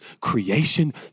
creation